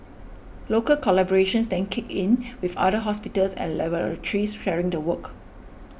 local collaborations then kicked in with other hospitals and laboratories sharing the work